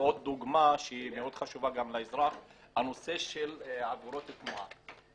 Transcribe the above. עוד דוגמה שהיא מאוד חשובה לאזרח בנושא עבירות תנועה.